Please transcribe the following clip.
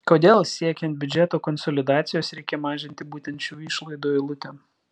kodėl siekiant biudžeto konsolidacijos reikia mažinti būtent šių išlaidų eilutę